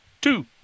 two